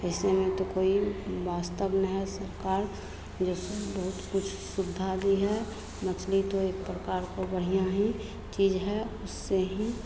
ऐसे में तो कोई वास्तव में है सरकार जो बहुत कुछ सुविधा दी है मछली तो एक प्रकार की बढ़िया ही चीज़ है उससे ही